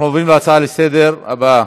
אנחנו עוברים להצעות לסדר-היום הבאות: